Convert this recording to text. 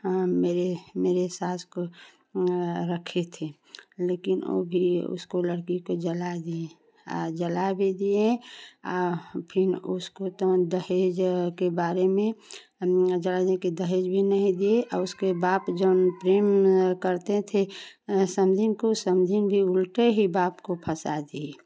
मेरे मेरी सास को रखी थी लेकिन वह भी उसको लड़की को जला दी और जला भी दिए और फिर उसको तो दहेज के बारे में के दहेज भी नहीं दिए और उसके बाप प्रेम करते थे समधन को समधन भी उल्टे ही बाप को फसा दी